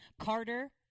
Carter